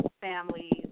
families